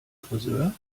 frisör